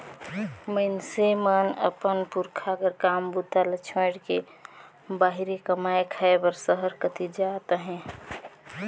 मइनसे मन अपन पुरखा कर काम बूता ल छोएड़ के बाहिरे कमाए खाए बर सहर कती जात अहे